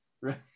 right